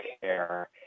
care